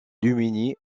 démunis